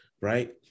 right